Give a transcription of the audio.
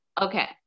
Okay